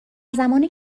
زمانی